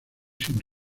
sin